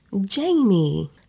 Jamie